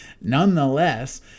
nonetheless